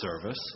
service